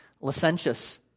licentious